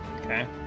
Okay